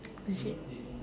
I sit